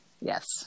Yes